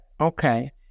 okay